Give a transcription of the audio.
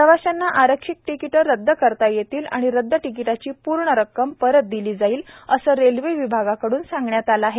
प्रवाशांना आरक्षित तिकिटं रदद करता येतील आणि रद्द तिकीटाची र्ण रक्क्म रत दिली जाईल असं रेल्वे विभागाकडून सांगण्यात आलं आहे